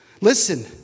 listen